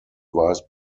vice